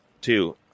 Two